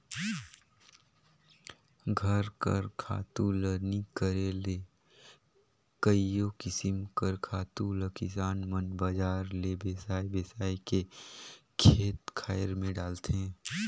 घर कर खातू ल नी करे ले कइयो किसिम कर खातु ल किसान मन बजार ले बेसाए बेसाए के खेत खाएर में डालथें